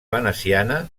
veneciana